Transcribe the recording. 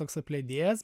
toks apledėjęs